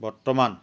বৰ্তমান